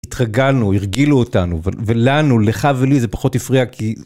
התרגלנו, הרגילו אותנו. ו-ולנו, לך ולי, זה פחות הפריע, כי